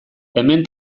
hemen